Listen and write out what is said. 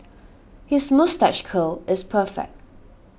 his moustache curl is perfect